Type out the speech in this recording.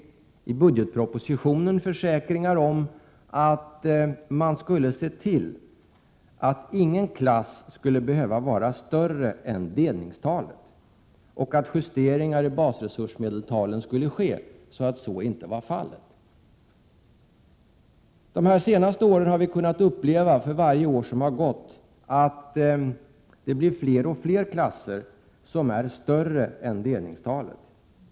1987/88:123 nen försäkringar om att man skulle se till att ingen klass skulle behöva vara större än delningstalet och att justeringar i basresursmedeltalen skulle ske i syfte att undvika detta. De senaste åren har vi för varje år som har gått fått uppleva att fler och fler klasser är större än delningstalet.